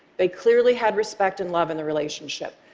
they clearly had respect and love in the relationship.